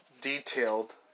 detailed